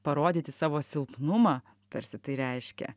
parodyti savo silpnumą tarsi tai reiškia